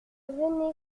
venez